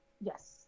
yes